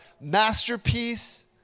masterpiece